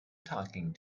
talking